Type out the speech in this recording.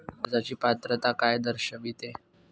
कर्जाची पात्रता काय दर्शविते?